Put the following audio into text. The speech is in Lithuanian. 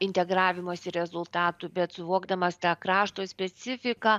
integravimosi rezultatų bet suvokdamas tą krašto specifiką